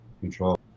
control